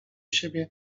siebie